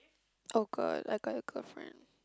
oh god I got a girlfriend